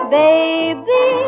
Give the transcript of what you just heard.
baby